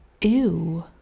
Ew